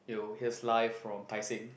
Yo he has life from tai-seng